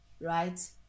right